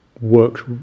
works